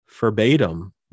verbatim